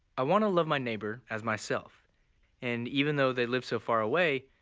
i want to love my neighbor as myself and even though they live so far away,